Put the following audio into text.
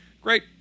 Great